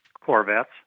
Corvettes